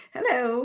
Hello